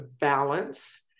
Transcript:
balance